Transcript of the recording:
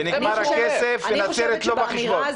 ונצרת לא בחשבון.